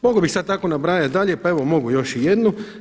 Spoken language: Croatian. Mogao bih sad tako nabrajati dalje, pa evo mogu još i jednu.